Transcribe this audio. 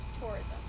Tourism